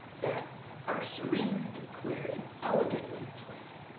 that are serene and clear and elegantly plain.